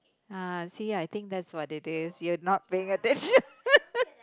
ah see I think that's what it is you're not paying attention